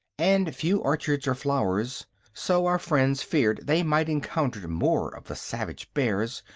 and few orchards or flowers so our friends feared they might encounter more of the savage bears,